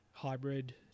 hybrid